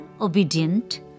obedient